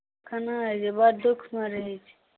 केना आर जे बड़ दुःखमे रहैत छी